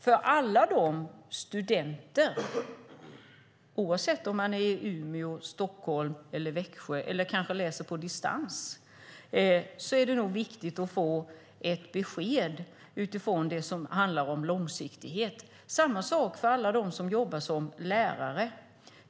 För alla dessa studenter, oavsett om de finns i Umeå, Stockholm eller Växjö eller kanske läser på distans, är det viktigt att få ett besked utifrån långsiktighet. Det är samma sak för alla dem som jobbar som lärare.